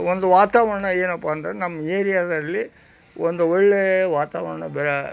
ಒಂದು ವಾತಾವರಣ ಏನಪ್ಪ ಅಂದ್ರೆ ನಮ್ಮ ಏರಿಯಾದಲ್ಲಿ ಒಂದು ಒಳ್ಳೆಯ ವಾತಾವರಣ ಬೆ